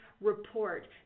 report